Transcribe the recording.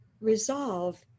resolve